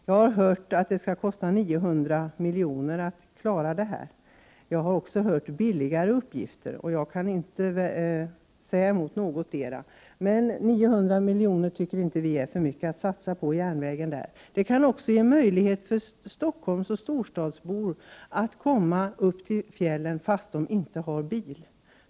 Jag har hört att det skulle kosta 900 miljoner. Jag har även hört talas om billigare alternativ. Jag kan inte säga emot någotdera, men 900 miljoner tycker inte vi är för mycket att satsa på järnvägen där. Det skulle också ge möjligheter för stockholmsbor och andra storstadsbor att komma upp till fjällen fastän de inte har bil.